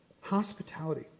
Hospitality